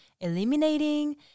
eliminating